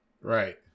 Right